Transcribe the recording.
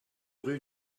rue